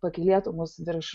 pakylėtų mus virš